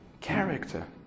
character